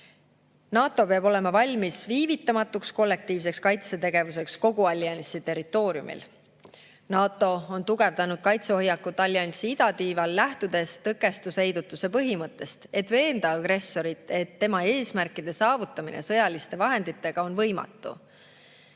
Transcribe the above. NATO peab olema valmis viivitamatuks kollektiivseks kaitsetegevuseks kogu alliansi territooriumil. NATO on tugevdanud kaitsehoiakut alliansi idatiival, lähtudes tõkestusheidutuse põhimõttest, et veenda agressorit, et tema eesmärkide saavutamine sõjaliste vahenditega on võimatu.